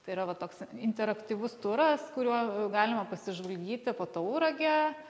tai yra va toks interaktyvus turas kuriuo galima pasižvalgyti po tauragę